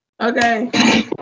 Okay